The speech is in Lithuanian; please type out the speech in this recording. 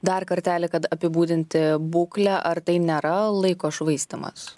dar kartelį kad apibūdinti būklę ar tai nėra laiko švaistymas